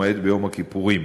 למעט ביום הכיפורים.